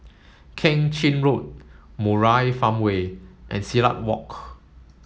Keng Chin Road Murai Farmway and Silat Walk